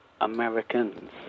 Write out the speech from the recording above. Americans